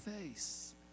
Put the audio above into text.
face